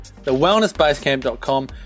Thewellnessbasecamp.com